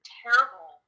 terrible